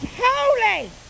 holy